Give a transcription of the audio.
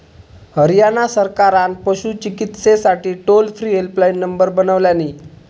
हरयाणा सरकारान पशू चिकित्सेसाठी टोल फ्री हेल्पलाईन नंबर बनवल्यानी